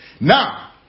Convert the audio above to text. Now